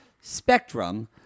spectrum